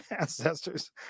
ancestors